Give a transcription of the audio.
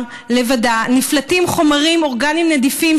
לבדה נפלטים חומרים אורגניים נדיפים,